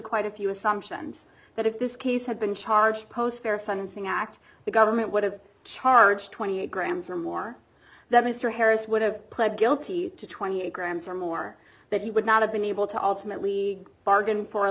quite a few assumptions that if this case had been charged post their son sing act the government would have charged twenty eight grams or more that mr harris would have pled guilty to twenty eight grams or more that he would not have been able to ultimately bargain for a